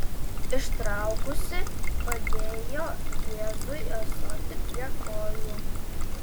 ištraukusi padėjo jėzui ąsotį prie kojų